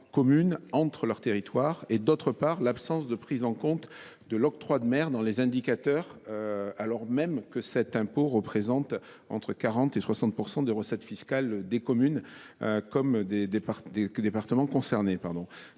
commun entre leurs territoires, d’autre part, de l’absence de prise en compte de l’octroi de mer dans les indicateurs, alors même que cet impôt représente entre 40 % et 60 % des recettes fiscales des communes des départements concernés.